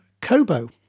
Kobo